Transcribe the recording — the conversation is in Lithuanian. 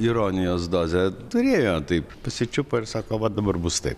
ironijos dozę turėjo taip pasičiupo ir sako va dabar bus taip